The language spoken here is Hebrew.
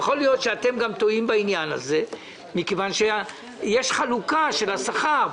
יכול להיות שאתם טועים בעניין הזה מכיוון שיש חלוקה של השכר,